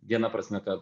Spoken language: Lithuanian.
viena prasme kad